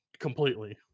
Completely